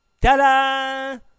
Ta-da